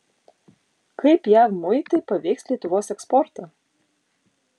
kaip jav muitai paveiks lietuvos eksportą